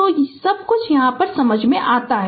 तो सब कुछ यहाँ समझ में आता है